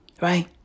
Right